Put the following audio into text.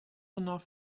enough